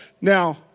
Now